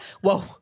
whoa